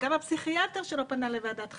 גם הפסיכיאטר שלו פנה לוועדת החריגים: